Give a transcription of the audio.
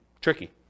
tricky